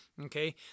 okay